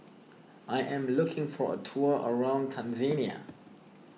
I am looking for a tour around Tanzania